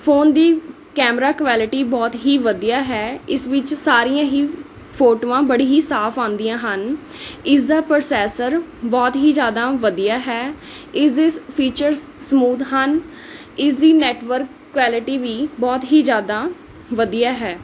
phone ਦੀ camera quality ਬਹੁਤ ਹੀ ਵਧੀਆ ਹੈ ਇਸ ਵਿੱਚ ਸਾਰੀਆਂ ਹੀ ਫੋਟੋਆਂ ਬੜੀ ਹੀ ਸਾਫ਼ ਆਉਂਦੀਆਂ ਹਨ ਇਸ ਦਾ ਪ੍ਰੋਸੈਸਰ ਬਹੁਤ ਹੀ ਜ਼ਿਆਦਾ ਵਧੀਆ ਹੈ ਇਸ ਦੇ ਸ ਫ਼ੀਚਰਜ਼ ਸਮੂਦ ਹਨ ਇਸ ਦੀ ਨੈੱਟਵਰਕ ਕੁਐਲਿਟੀ ਵੀ ਬਹੁਤ ਹੀ ਜ਼ਿਆਦਾ ਵਧੀਆ ਹੈ